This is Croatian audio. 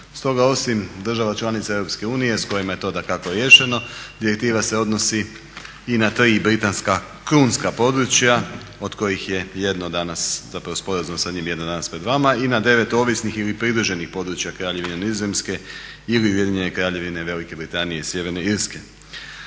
Stoga osim država članica EU s kojima je to dakako riješeno direktiva se odnosi i na tri britanska krunska područja od kojih je jedno danas zapravo sporazum s njima jedan danas pred vama. I na devet ovisnih ili pridruženih područja Kraljevine Nizozemske ili Ujedinjene Kraljevine Velike Britanije i Sjeverne Irske.